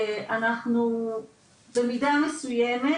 אנחנו במידה מסויימת,